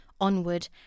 Onward